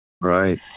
right